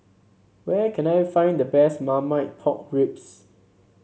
where can I find the best Marmite Pork Ribs